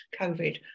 COVID